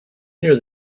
near